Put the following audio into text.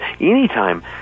anytime